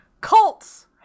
cults